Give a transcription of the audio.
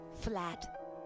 Flat